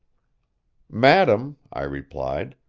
madam, i replied,